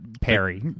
Perry